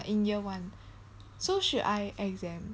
in year one so should I exempt